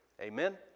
amen